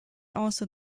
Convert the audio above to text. also